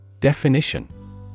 Definition